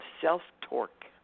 self-torque